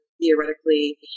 theoretically